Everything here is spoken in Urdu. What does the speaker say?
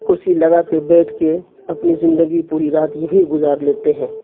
کرسی لگا کے بیٹھ کے اپنی زندگی پوری رات یوں ہی گزار لیتے ہیں